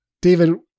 David